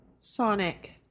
Sonic